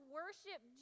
worship